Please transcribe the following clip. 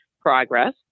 progress